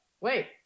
wait